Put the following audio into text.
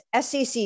SEC